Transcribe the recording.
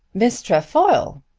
miss trefoil!